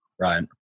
Right